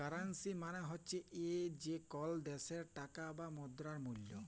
currency মালে হছে যে কল দ্যাশের টাকার বা মুদ্রার মূল্য